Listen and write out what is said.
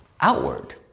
Outward